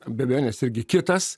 be abejonės irgi kitas